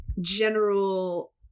General